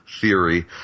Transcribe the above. theory